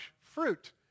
fruit